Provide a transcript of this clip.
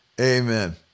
Amen